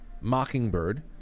mockingbird